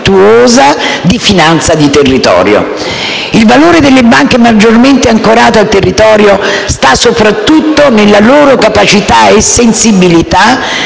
Il valore delle banche maggiormente ancorate al territorio sta soprattutto nella loro capacità e sensibilità